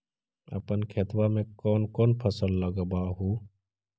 अपन खेतबा मे कौन कौन फसल लगबा हू?